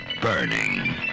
Burning